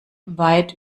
weit